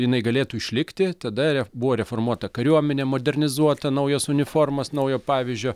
jinai galėtų išlikti tada re buvo reformuota kariuomenė modernizuota naujos uniformos naujo pavyzdžio